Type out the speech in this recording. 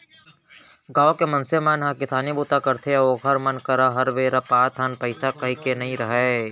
गाँव के मनसे मन ह किसानी बूता करथे अउ ओखर मन करा हर बेरा हात म पइसा कउड़ी नइ रहय